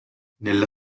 nella